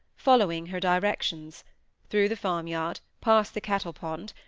following her directions through the farmyard, past the cattle-pond,